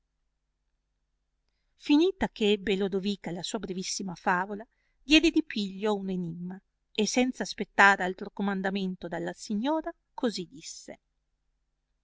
finita che ebbe lodovica la sua brevissima favola diede di piglio a uno enimma e senza aspettar altro comandamento dalla signora così disse